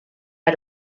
how